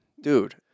Dude